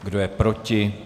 Kdo je proti?